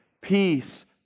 peace